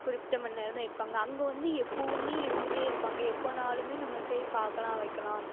குறிப்பிட்ட மணி நேரம் தான் இருப்பாங்க அங்கே வந்து எப்பவுமே இருந்துகிட்டேயிருப்பாங்க எப்போனாலுமே நம்ம போய் பார்க்கலாம் வைக்கலாம்